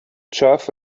turf